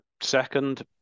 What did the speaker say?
second